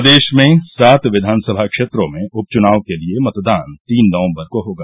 प्रदेश में सात विघानसभा क्षेत्रों में उप चुनाव के लिए मतदान तीन नवम्बर को होगा